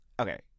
okay